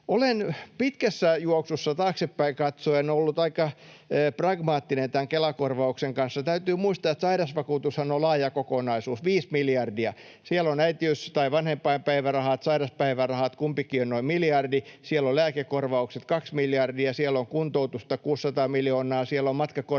Olen pitkässä juoksussa taaksepäin katsoen ollut aika pragmaattinen tämän Kela-korvauksen kanssa. Täytyy muistaa, että sairausvakuutushan on laaja kokonaisuus, viisi miljardia. Siellä on äitiys- tai vanhempainpäivärahat ja sairauspäivärahat, kumpikin on noin miljardi. Siellä on lääkekorvaukset kaksi miljardia, siellä on kuntoutusta 600 miljoonaa, siellä on matkakorvauksia